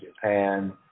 Japan